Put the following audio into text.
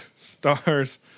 stars